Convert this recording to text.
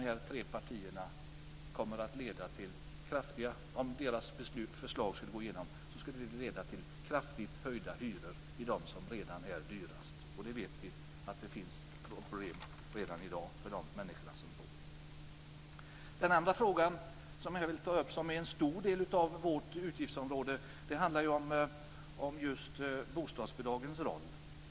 Om förslagen från dessa tre partier skulle gå igenom skulle det leda till kraftigt höjda hyror för dem som redan bor dyrast. Vi vet att det finns problem redan i dag för de människorna. Den andra fråga som jag vill ta upp, som gäller en stor del av vårt utgiftsområde, handlar om bostadsbidragens roll.